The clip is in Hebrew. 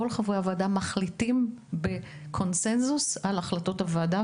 כל חברי הוועדה מחליטים בקונצנזוס על החלטות הוועדה,